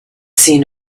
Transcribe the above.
seen